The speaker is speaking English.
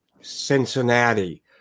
Cincinnati